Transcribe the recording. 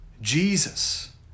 Jesus